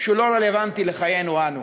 שהוא לא רלוונטי לחיינו אנו.